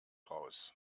raus